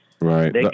Right